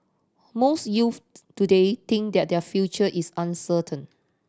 most youths today think that their future is uncertain